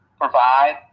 provide